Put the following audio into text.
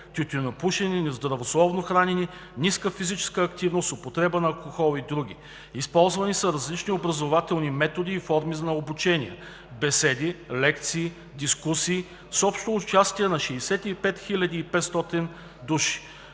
тютюнопушене, нездравословно хранене, ниска физическа активност, употреба на алкохол и други. Използвани са различни образователни методи и форми на обучение: беседи, лекции и дискусии с общ брой участници 65 500.